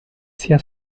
sia